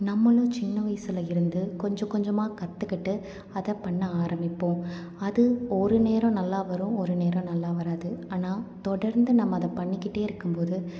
நம்மளும் சின்ன வயசில் இருந்து கொஞ்சம் கொஞ்சமா கற்றுக்கிட்டு அதை பண்ண ஆரம்பிப்போம் அது ஒரு நேரம் நல்லா வரும் ஒரு நேரம் நல்லா வராது ஆனால் தொடர்ந்து நம்ம அதை பண்ணிக்கிட்டே இருக்கும் போது